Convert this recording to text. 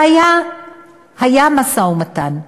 והיה משא-ומתן,